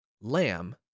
Lamb